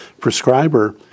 prescriber